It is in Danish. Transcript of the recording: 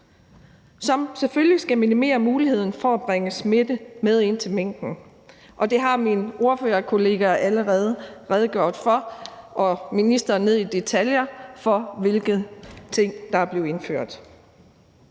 som selvfølgelig skal minimere muligheden for at bringe smitte med ind til minken, og det har mine ordførerkollegaer allerede redegjort for, og ministeren har redegjort ned i detaljer for, hvilke ting der er indført.